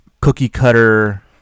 cookie-cutter